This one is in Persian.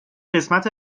قسمت